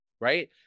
right